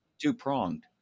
two-pronged